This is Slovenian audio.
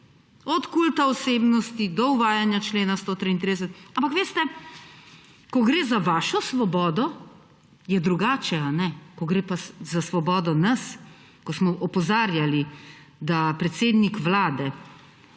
od kulta osebnosti do uvajanja člena 133. Ampak veste, ko gre za vašo svobodo, je drugače – a ne? Ko gre pa za svobodo nas, ko smo opozarjali, da predsednik Vlade